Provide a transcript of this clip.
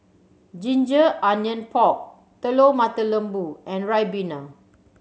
ginger onion pork Telur Mata Lembu and ribena